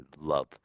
love